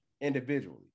individually